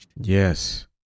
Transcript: Yes